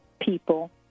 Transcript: people